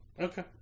Okay